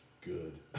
good